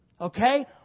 Okay